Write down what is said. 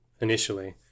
initially